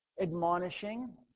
admonishing